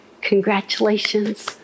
Congratulations